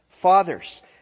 Fathers